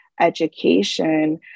education